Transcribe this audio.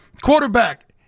quarterback